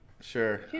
Sure